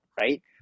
Right